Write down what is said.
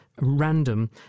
random